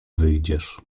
wyjdziesz